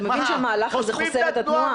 אתה מבין שהמהלך הזה חוסם את התנועה?